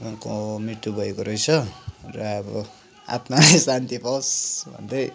उहाँको मृत्यु भएको रहेछ र अब आत्माले शान्ति पाओस् भन्दै